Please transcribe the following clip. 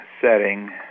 setting